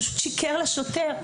פשוט שיקר לשוטר.